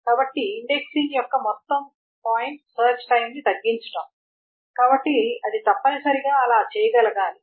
కాబట్టి ఇండెక్సింగ్ యొక్క మొత్తం పాయింట్ సెర్చ్ టైంని తగ్గించడం కాబట్టి అది తప్పనిసరిగా అలా చేయగలగాలి